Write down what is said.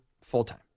full-time